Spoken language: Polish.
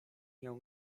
nią